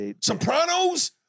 Sopranos